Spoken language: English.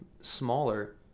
smaller